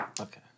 Okay